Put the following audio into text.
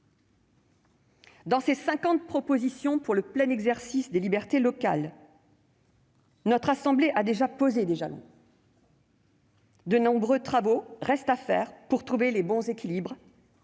Dans ses cinquante propositions pour le plein exercice des libertés locales, la Haute Assemblée a déjà posé des jalons. De nombreux travaux restent à mener pour trouver les bons équilibres,